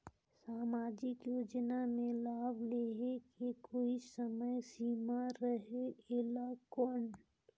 समाजिक योजना मे लाभ लहे के कोई समय सीमा रहे एला कौन?